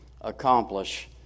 accomplish